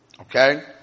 Okay